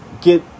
Get